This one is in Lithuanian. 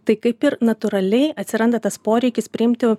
tai kaip ir natūraliai atsiranda tas poreikis priimti